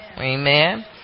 Amen